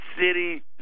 city